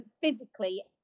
physically